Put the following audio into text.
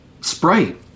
Sprite